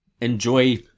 enjoy